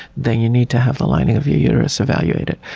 then you need to have the lining of your uterus evaluated.